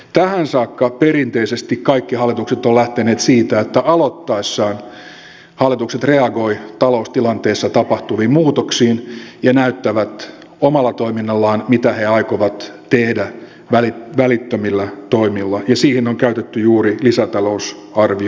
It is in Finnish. tähän saakka perinteisesti kaikki hallitukset ovat lähteneet siitä että aloittaessaan hallitukset reagoivat taloustilanteessa tapahtuviin muutoksiin ja näyttävät omalla toiminnallaan mitä he aikovat tehdä välittömillä toimilla ja siihen on käytetty juuri lisätalousarvioesityksiä